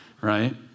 right